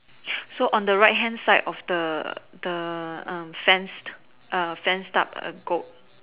so on the right hand side of the the um fenced fenced up a goat